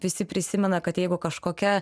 visi prisimena kad jeigu kažkokia